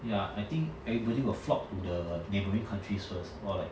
ya I think everybody will flock to the neighbouring countries first or like